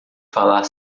falar